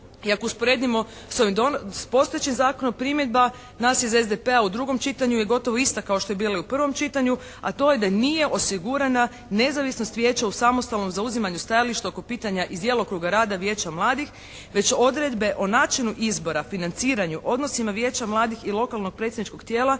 i ako usporedimo s ovim postojećim zakonom primjedba nas iz SDP-a u drugom čitanju je gotovo ista kao što je bila i u provom čitanju, a to je da nije osigurana nezavisnost vijeća u samostalnom zauzimanju stajališta oko pitanja iz djelokruga rada Vijeća mladih, već odredbe o načinu izbora, financiranju, odnosima Vijeća mladih i lokalnog predsjedničkog tijela